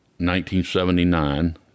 1979